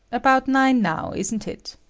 about nine now, isn't it?